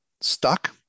stuck